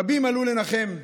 רבים עלו לנחם,